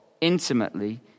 intimately